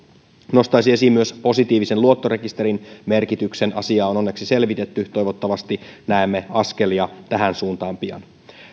nostaisin esiin myös positiivisen luottorekisterin merkityksen asiaa on onneksi selvitetty toivottavasti näemme askelia tähän suuntaan pian